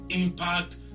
impact